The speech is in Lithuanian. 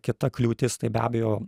kita kliūtis tai be abejo